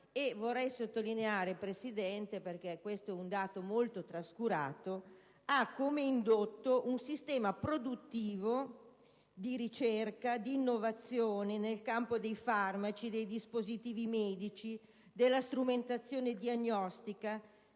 inoltre sottolineare, signora Presidente, perché si tratta di un dato molto trascurato, che esso ha come indotto un sistema produttivo di ricerca e di innovazione nel campo dei farmaci, dei dispositivi medici e della strumentazione diagnostica